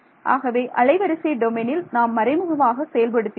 ஆகவே அலைவரிசை டொமைனில் நாம் மறைமுகமாக செயல்படுத்தினோம்